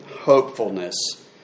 hopefulness